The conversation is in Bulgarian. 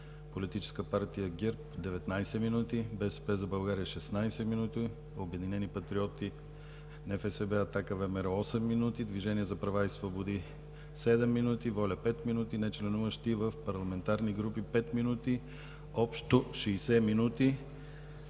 Политическа партия ГЕРБ – 19 минути; „БСП за България“ – 16 минути; „Обединени патриоти – НФСБ, АТАКА, ВМРО“ – 8 минути; Движение за права и свободи – 7 минути; „Воля“ – 5 минути; нечленуващи в парламентарни групи – 5 минути. Общо – 60 минути,